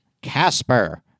Casper